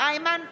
איימן עודה,